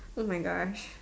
oh my gosh